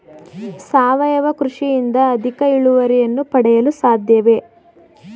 ಸಾವಯವ ಕೃಷಿಯಿಂದ ಅಧಿಕ ಇಳುವರಿಯನ್ನು ಪಡೆಯಲು ಸಾಧ್ಯವೇ?